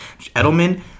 Edelman